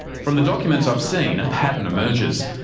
from the documents i've seen, a pattern emerges.